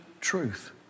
truth